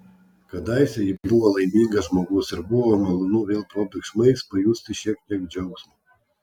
kadaise ji buvo laimingas žmogus ir buvo malonu vėl probėgšmais pajusti šiek tiek džiaugsmo